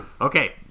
okay